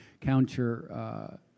counter